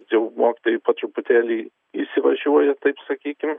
jau mokytojai po truputėlį įsivažiuoja taip sakykim